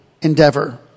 endeavor